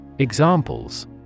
Examples